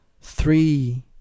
three